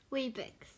Weebix